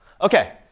Okay